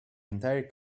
entire